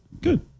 good